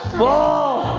whoa!